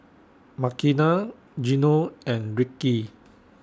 Makena Gino and Rickey